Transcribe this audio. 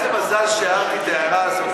איזה מזל שהערתי את ההערה הזאת,